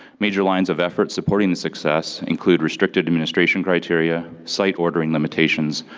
major lines of effort supporting this success include restricted administration criteria site ordering limitations,